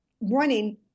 running